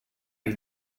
you